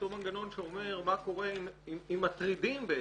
אותו מנגנון שאומר מה קורה אם מטרידים את